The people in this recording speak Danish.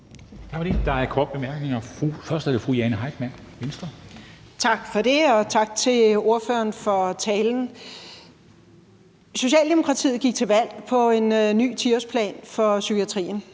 Der er korte bemærkninger. Først er det fra fru Jane Heitmann, Venstre. Kl. 10:53 Jane Heitmann (V): Tak for det, og tak til ordføreren for talen. Socialdemokratiet gik til valg på en ny 10-årsplan for psykiatrien.